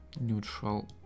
neutral